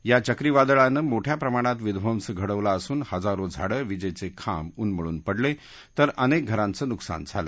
या चक्रीवादळानं मोठया प्रमाणात विध्वंस घडवला असून हजारो झाडं वीजेचे खांब उन्मळून पडले तर अनेक घरांचं नुकसान झालं